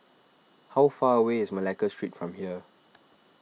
how far away is Malacca Street from here